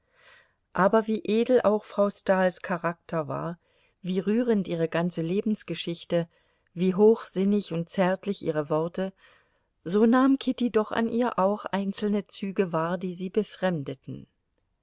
aber wie edel auch frau stahls charakter war wie rührend ihre ganze lebensgeschichte wie hochsinnig und zärtlich ihre worte so nahm kitty doch an ihr auch einzelne züge wahr die sie befremdeten